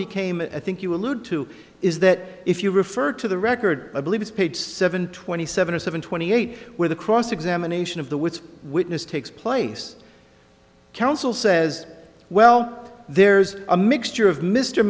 became a think you allude to is that if you refer to the record i believe it's page seven twenty seven or seven twenty eight where the cross examination of the with witness takes place counsel says well there's a mixture of mr